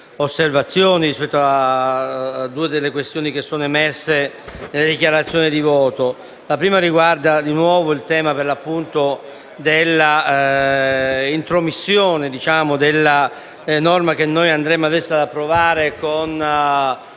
osservazioni su due delle questioni emerse nelle dichiarazioni di voto. La prima riguarda di nuovo il tema dell'intromissione della norma che noi andremo ad approvare con